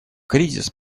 кризис